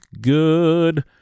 good